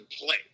play